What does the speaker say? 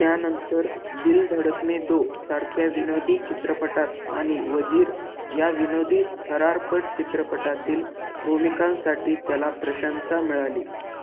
त्यानंतर दिल धडकने दो सारख्या विनोदी चित्रपटात आणि वजीर या विनोदी थरारपट चित्रपटातील भूमिकांसाठी त्याला प्रशंसा मिळाली